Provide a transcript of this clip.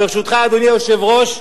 ברשותך, אדוני היושב-ראש,